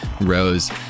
rose